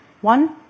One